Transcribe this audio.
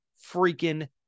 freaking